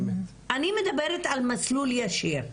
אני מדברת על מסלול ישיר,